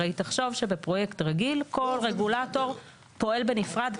תחשוב שבפרויקט רגיל כל רגולטור פועל בנפרד,